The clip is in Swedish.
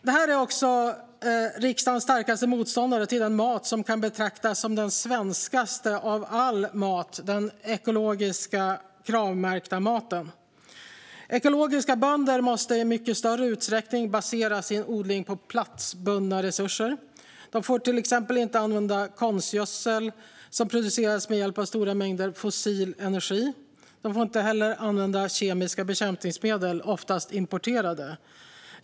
De är också riksdagens starkaste motståndare till den mat som kan betraktas som den svenskaste av all mat, nämligen den ekologiska, Kravmärkta maten. Ekologiska bönder måste i mycket större utsträckning basera sin odling på platsbundna resurser. De får till exempel inte använda konstgödsel, som produceras med hjälp av stora mängder fossil energi. De får inte heller använda kemiska bekämpningsmedel, oftast importerade.